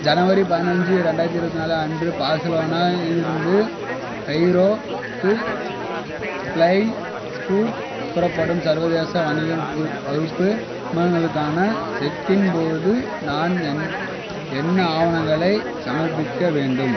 ஜனவரி பதினஞ்சு ரெண்டாயிரத்து இருபத்தி நாலு அன்று பார்சிலோனாலிருந்து கெய்ரோவுக்கு ஃப்ளை ஸ்கூட் புறப்படும் சர்வதேச வணிகம் பு வகுப்பு விமானங்களுக்கான செக் இன் போது நான் என் என்ன ஆவணங்களை சமர்ப்பிக்க வேண்டும்